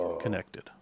connected